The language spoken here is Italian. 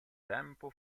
tempo